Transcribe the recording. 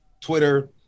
Twitter